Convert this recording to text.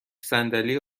صندلی